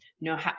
no